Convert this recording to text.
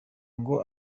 ngo